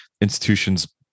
institutions